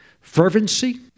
fervency